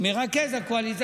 מרכז הקואליציה.